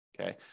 Okay